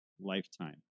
lifetime